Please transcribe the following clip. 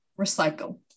recycle